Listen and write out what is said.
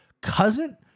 cousin